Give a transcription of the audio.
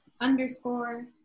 underscore